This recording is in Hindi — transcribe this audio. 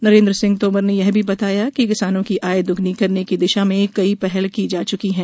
नरेन्द्र सिंह तोमर ने यह भी बताया कि किसानों की आय दुगुनी करने की दिशा में कई पहल की जा चुकी हैं